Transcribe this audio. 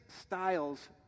styles